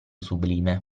sublime